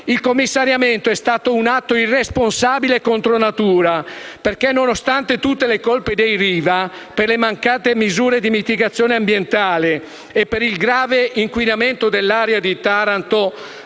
Il commissariamento è stato un atto irresponsabile contro natura perché, nonostante tutte le colpe dei Riva per le mancate misure di mitigazione ambientale e per il grave inquinamento dell'area di Taranto,